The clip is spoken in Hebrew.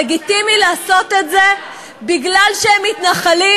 לגיטימי לעשות את זה בגלל שהם מתנחלים?